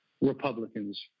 Republicans